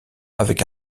avec